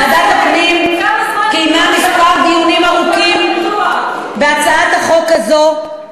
ועדת הפנים קיימה כמה דיונים ארוכים בהצעת החוק הזאת,